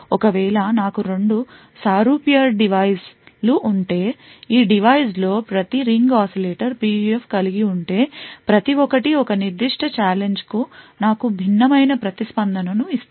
ఒకవేళ నాకు రెండు సారూప్యడివైస్ లు ఉంటే ఈ డివైస్ లో ప్రతి రింగ్ oscillator PUF కలిగి ఉంటే ప్రతి ఒక్కటి ఒక నిర్దిష్ట ఛాలెంజ్ కు నాకు భిన్నమైన ప్రతిస్పందనను ఇస్తాయి